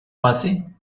fase